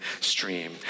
stream